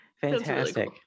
fantastic